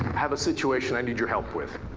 have a situation i need your help with.